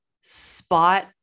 spot